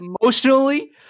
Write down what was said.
emotionally